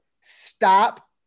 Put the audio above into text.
Stop